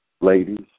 Ladies